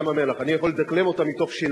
המדבר גם בשם